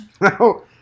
No